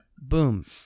Boom